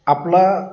आपला